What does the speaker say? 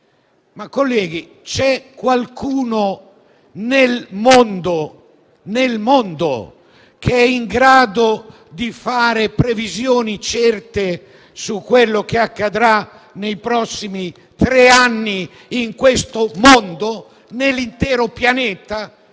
aleatorie, ma c'è qualcuno nel mondo che sia in grado di fare previsioni certe su quello che accadrà nei prossimi tre anni in questo mondo, nell'intero pianeta?